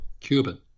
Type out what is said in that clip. Cuban